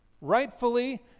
rightfully